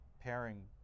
pairing